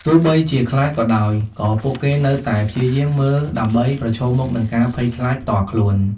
ទោះបីជាខ្លាចក៏ដោយ ក៏ពួកគេនៅតែព្យាយាមមើលដើម្បីប្រឈមមុខនឹងការភ័យខ្លាចផ្ទាល់ខ្លួន។